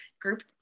group